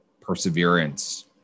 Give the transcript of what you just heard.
perseverance